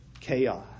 chaos